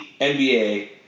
NBA